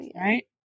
Right